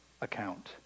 account